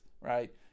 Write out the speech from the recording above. right